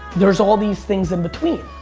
there's all these things in-between.